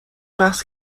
بحث